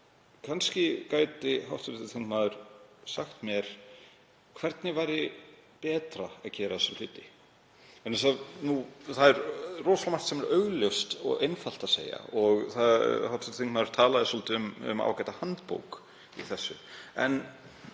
kannski gæti hv. þingmaður sagt mér hvernig væri betra að gera þessa hluti. Það er mjög margt sem er augljóst og einfalt að segja og hv. þingmaður talaði svolítið um ágæta handbók í þessu.